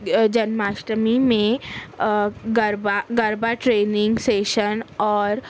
جنماشٹمی میں garba garba training session اور